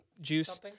juice